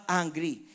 angry